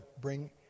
bring